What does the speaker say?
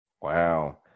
Wow